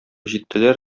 җиттеләр